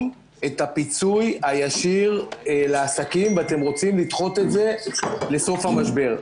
את הפיצוי הישיר לעסקים ואתם רוצים לדחות את זה לסוף המשבר?